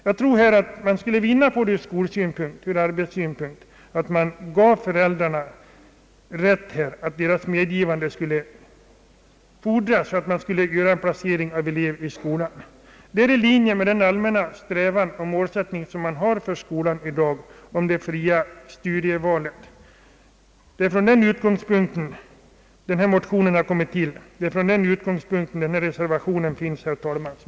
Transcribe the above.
Jag tror att man både från skolsynpunkt och från arbetssynpunkt skulle vinna på att bestämma sig för att föräldrarnas medgivande skulle fordras för varje placering av eleverna i skolan. Detta är i linje med den allmänna strävan och den målsättning som skolan i dag har beträffande det frivilliga studievalet. Det är denna insätllning som ligger bakom föreliggande motion och min reservation i detta ärende. Herr talman!